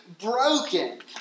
broken